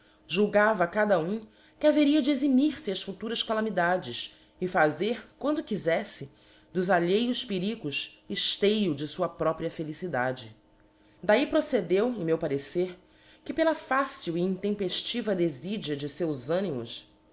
julgava cada um que haveria de eximir fe ás futuras calamidades e fazer quando quizeífe dos alheios perigos eíleio de fua própria felicidade d ahi procedeu em meu parecer que pela fácil e in tempeftiva deíidia de feus ânimos